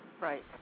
Right